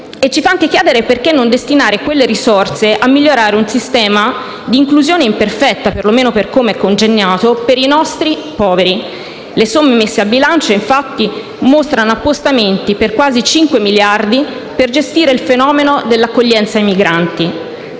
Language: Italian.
Ci fa anche chiedere perché non destinare quelle risorse a migliorare un sistema di inclusione imperfetto, perlomeno per come è congegnato, per i nostri poveri. Le somme messe a bilancio, infatti, mostrano appostamenti per quasi 5 miliardi di euro per gestire il fenomeno dell'accoglienza ai migranti.